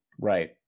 Right